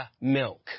milk